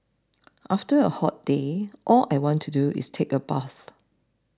after a hot day all I want to do is take a bath